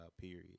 period